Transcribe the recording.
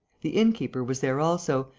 the inn-keeper was there also,